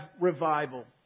revival